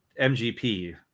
MGP